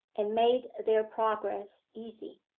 and made their progress easy.